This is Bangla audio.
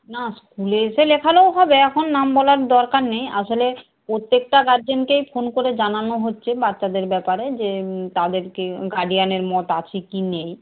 না স্কুলে এসে লেখালেও হবে এখন নাম বলার দরকার নেই আসলে প্রত্যেকটা গার্জেনকেই ফোন করে জানানো হচ্ছে বাচ্চাদের ব্যাপারে যে তাদেরকে গার্ডিয়ানের মত আছে কি নেই